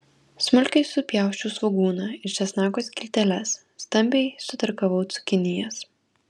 smulkiai supjausčiau svogūną ir česnako skilteles stambiai sutarkavau cukinijas